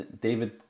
David